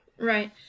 Right